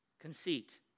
Conceit